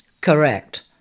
Correct